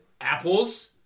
Apples